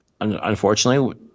unfortunately